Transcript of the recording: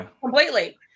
completely